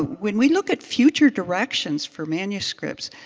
when we look at future directions for manuscripts,